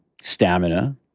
stamina